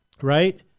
Right